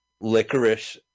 Licorice